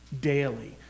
daily